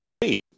Hey